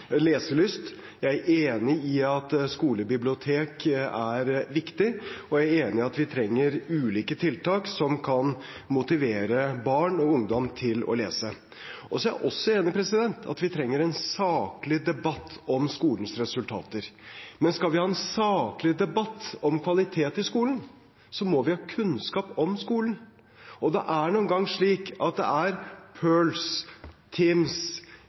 leselyst, jeg er enig i at skolebibliotek er viktig, og jeg er enig i at vi trenger ulike tiltak som kan motivere barn og ungdom til å lese. Så er jeg også enig i at vi trenger en saklig debatt om skolens resultater. Men skal vi ha en saklig debatt om kvalitet i skolen, må vi ha kunnskap om skolen. Og det er nå engang slik at det er